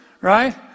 right